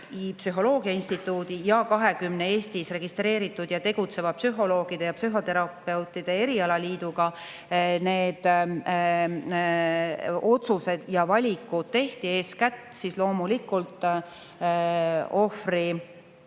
psühholoogia instituudi ja 20 Eestis registreeritud ja tegutseva psühholoogide ja psühhoterapeutide erialaliiduga need otsused ja valikud tehti, eeskätt loomulikult ohvri